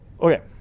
okay